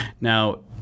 Now